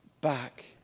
back